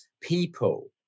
people